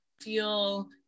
feel